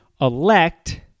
elect